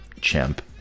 chimp